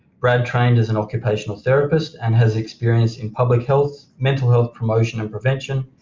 brad trained as an occupational therapist and has experience in public health, mental health promotion and prevention,